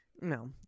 no